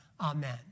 Amen